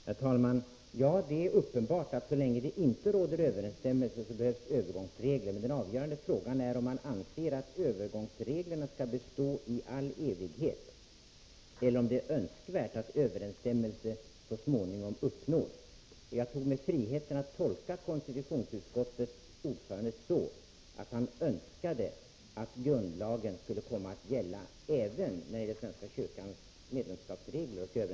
Herr talman! Det är uppenbart att så länge det inte råder överensstämmelse, behövs det övergångsregler. Den avgörande frågan är om man anser att övergångsreglerna skall bestå i all evighet eller om det är önskvärt att överensstämmelse så småningom uppnås. Jag tog mig friheten att tolka uttalandet från konstitutionsutskottets ordförande så, att han önskade att grundlagen skulle komma att gälla även i fråga om svenska kyrkans medlemskapsregler.